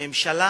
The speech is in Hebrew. שממשלה